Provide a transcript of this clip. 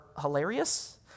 hilarious